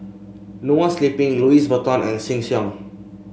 Noa Sleep Louis Vuitton and Sheng Siong